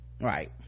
Right